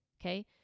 Okay